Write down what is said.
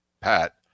Pat